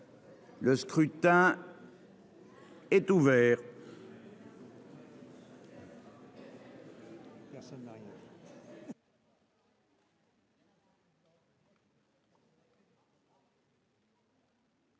Le scrutin est ouvert.